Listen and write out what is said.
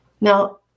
Now